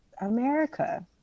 america